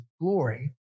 glory